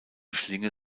schlinge